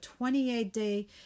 28-day